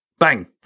Bang